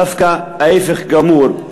דווקא ההפך הגמור.